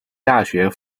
大学